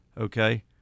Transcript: Okay